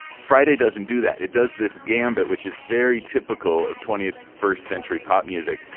friday doesn't do that. it does. this gambit, which is very typical of twentieth first century pop music.